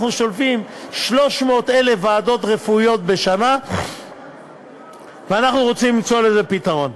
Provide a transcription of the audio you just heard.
אנחנו שולפים 300,000 ועדות רפואיות בשנה ואנחנו רוצים למצוא לזה פתרון.